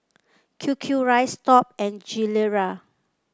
Q Q rice Top and Gilera